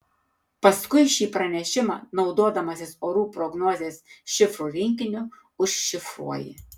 paskui šį pranešimą naudodamasis orų prognozės šifrų rinkiniu užšifruoji